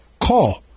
call